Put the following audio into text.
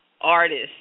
artist